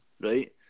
right